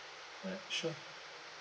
alright sure